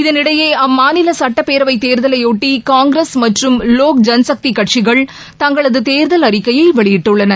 இதனிடையே அம்மாநில சட்டப் பேரவைத் தேர்தலையொட்டி காங்கிரஸ் மற்றம் லோக் ஜனசக்தி கட்சிகள் தங்களது தேர்தல் அறிக்கையை வெளியிட்டுள்ளன